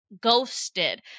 Ghosted